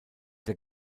der